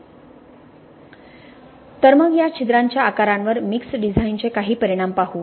तर मग या छिद्रांच्या आकारांवर मिक्स डिझाइनचे काही परिणाम पाहू